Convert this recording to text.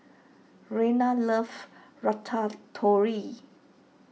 Rayna loves Ratatouille